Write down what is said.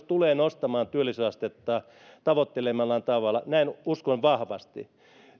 tulee nostamaan työllisyysastetta tavoittelemallaan tavalla näin uskon vahvasti